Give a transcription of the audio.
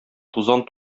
тузан